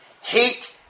Hate